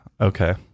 Okay